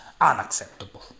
unacceptable